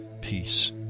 peace